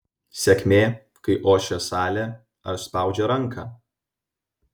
sėkmė kai ošia salė ar spaudžia ranką